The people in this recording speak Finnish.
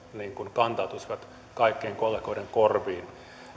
kantautuisivat kaikkien kollegoiden korviin